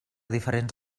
diferents